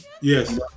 Yes